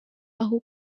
aho